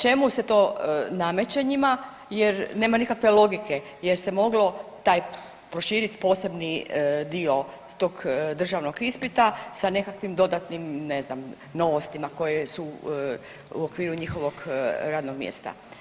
Čemu se to nameće njima jer nema nikakve logike jer se moglo taj proširit posebni dio tog državnog ispita sa nekakvim dodatnim ne znam novostima koje su u okviru njihovog radnog mjesta.